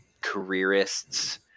careerists